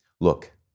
look